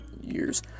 years